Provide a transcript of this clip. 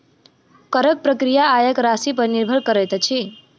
करक प्रक्रिया आयक राशिपर निर्भर करैत अछि